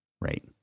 Right